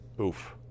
Oof